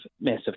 massive